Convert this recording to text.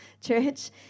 church